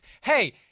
Hey